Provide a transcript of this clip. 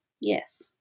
Yes